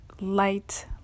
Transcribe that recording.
light